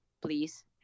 please